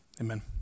amen